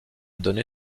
donné